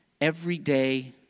everyday